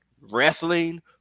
wrestling